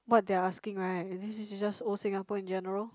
what they are asking right this is is just old Singapore in general